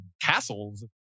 castles